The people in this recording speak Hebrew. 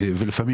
נכון